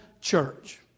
Church